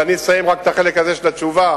ואני אסיים רק את החלק הזה של התשובה: